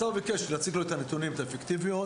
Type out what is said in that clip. השר ביקש להציג לו את הנתונים, את האפקטיביות,